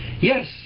yes